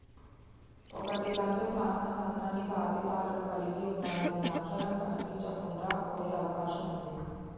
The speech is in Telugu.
ఒకటి కంటే సాన సన్నని కాగితాలను కలిగి ఉన్న ఏదైనా అక్షరం కనిపించకుండా పోయే అవకాశం ఉంది